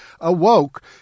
awoke